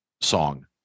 song